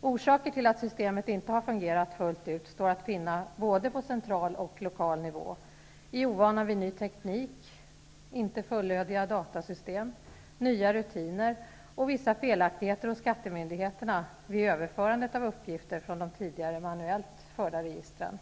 Orsaker till att systemet inte har fungerat fullt ut står att finna -- både på central och lokal nivå -- i ovanan vid ny teknik, inte fulländade datasystem, nya rutiner och vissa felaktigheter hos skattemyndigheterna vid överförandet av uppgifter från de tidigare manuellt förda registren.